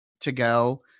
to-go